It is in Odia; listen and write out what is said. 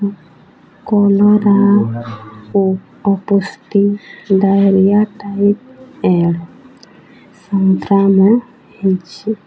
କଲୋରା ଓ ଅପୁଷ୍ଟି ଡ଼ାଇରିଆ ଟାଇପ୍